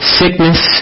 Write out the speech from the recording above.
sickness